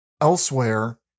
Elsewhere